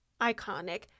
iconic